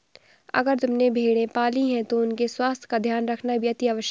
अगर तुमने भेड़ें पाली हैं तो उनके स्वास्थ्य का ध्यान रखना भी अतिआवश्यक है